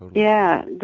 yeah.